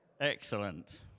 Excellent